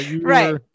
Right